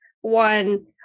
One